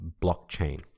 blockchain